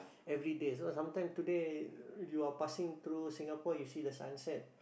every day so some time today you are passing through Singapore you see the sunset